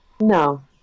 No